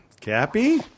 Cappy